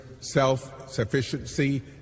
self-sufficiency